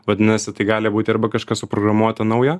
vadinasi tai gali būti arba kažkas suprogramuota naujo